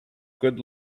good